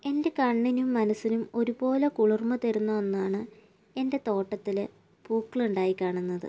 എൻ്റെ കണ്ണിനും മനസ്സിനും ഒരുപോലെ കുളിർമ തരുന്ന ഒന്നാണ് എൻ്റെ തോട്ടത്തില് പൂക്കളുണ്ടായിക്കാണുന്നത്